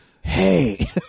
Hey